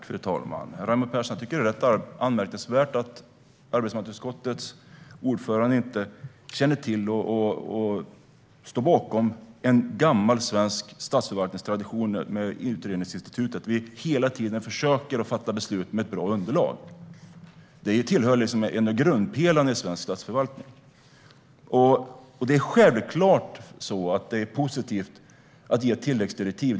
Fru talman! Det är ganska anmärkningsvärt att arbetsmarknadsutskottets ordförande inte känner till och står bakom en gammal svensk statsförvaltningstradition när det gäller utredningar, nämligen att vi hela tiden försöker fatta beslut på bra underlag. Det är en av grundpelarna i svensk statsförvaltning. Det är självklart positivt att ge tilläggsdirektiv.